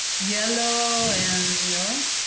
yellow and, you know?